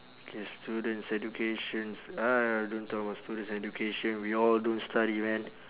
K students educations ah don't talk about students and education we all don't study man